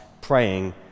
praying